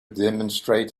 demonstrate